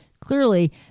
clearly